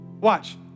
Watch